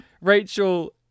Rachel